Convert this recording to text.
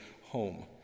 home